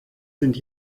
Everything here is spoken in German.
sind